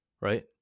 right